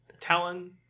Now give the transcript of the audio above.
Talon